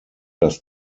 das